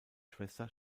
schwester